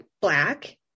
Black